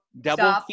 double